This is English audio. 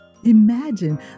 Imagine